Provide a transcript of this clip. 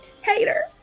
Hater